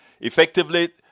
effectively